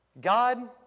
God